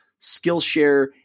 Skillshare